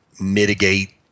mitigate